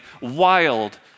wild